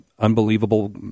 unbelievable